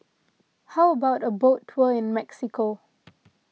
how about a boat tour in Mexico